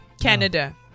Canada